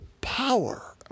power